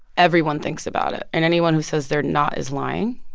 everyone thinks about it, and anyone who says they're not is lying.